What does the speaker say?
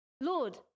Lord